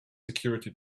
security